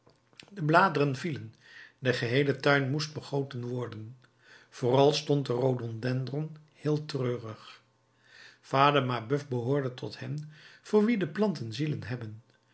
de bladeren vielen de geheele tuin moest begoten worden vooral stond de rhododendron heel treurig vader mabeuf behoorde tot hen voor wie de planten zielen hebben